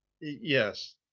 yes